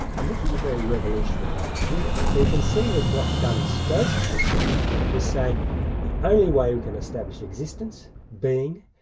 and this was a very revolutionary idea. so you can see that what duns scotus was doing was saying the only way we can establish existence, being,